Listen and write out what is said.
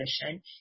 position